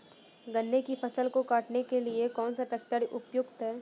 गन्ने की फसल को काटने के लिए कौन सा ट्रैक्टर उपयुक्त है?